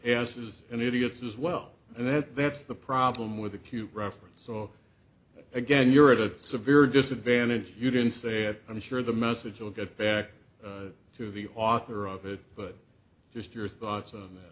is and idiots as well and that's the problem with the cute reference so again you're at a severe disadvantage if you didn't say it i'm sure the message will get back to the author of it but just your thoughts o